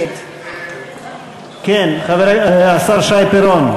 כן, השר שי פירון.